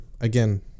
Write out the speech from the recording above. again